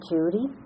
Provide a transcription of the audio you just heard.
Judy